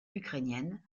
ukrainiennes